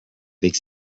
avec